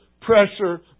pressure